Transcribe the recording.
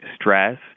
stress